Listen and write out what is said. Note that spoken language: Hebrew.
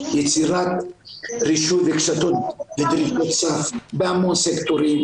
יצירת רישום ודרישות סף בהמון סקטורים,